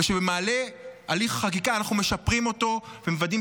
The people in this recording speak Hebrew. ושבמעלה הליך החקיקה אנחנו משפרים אותו ומוודאים